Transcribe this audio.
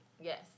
Yes